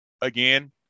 again